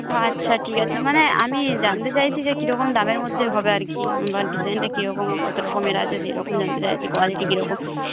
ও আচ্ছা ঠিক আছে মানে আমি জানতে চাইছি যে কীরকম দামের মধ্যে হবে আর কি বা ডিজাইনটা কীরকম কতরকমের আছে সেরকম জানতে চাইছি কোয়ালিটি কীরকম